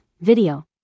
video